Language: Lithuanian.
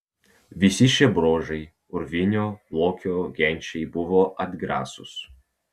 visi šie bruožai urvinio lokio genčiai buvo atgrasūs